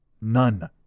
None